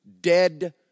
dead